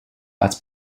als